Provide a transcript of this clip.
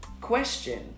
question